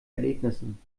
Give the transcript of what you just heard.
erlebnissen